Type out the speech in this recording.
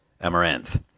Amaranth